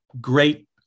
great